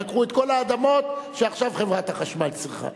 הם לקחו את כל האדמות שעכשיו חברת החשמל צריכה,